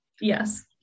Yes